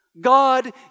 God